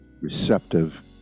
receptive